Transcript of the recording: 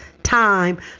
time